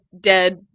dead